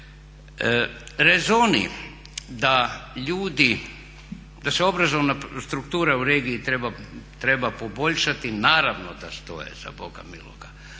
ljudi, da se obrazovna struktura u regiji treba poboljšati naravno da stoje za Boga miloga,